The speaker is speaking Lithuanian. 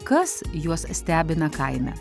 kas juos stebina kaime